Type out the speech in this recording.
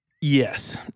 Yes